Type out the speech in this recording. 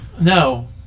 No